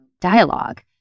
dialogue